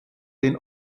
den